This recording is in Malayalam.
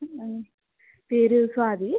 പേര് സ്വാതി